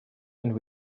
and